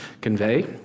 convey